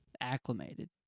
acclimated